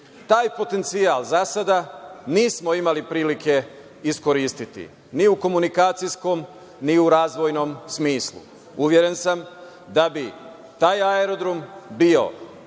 Taj potencijal za sada nismo imali prilike iskoristiti, ni u komunikacijskom, ni u razvojnom smislu. Uveren sam da bi taj aerodrom bio